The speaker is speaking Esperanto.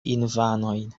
infanojn